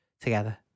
together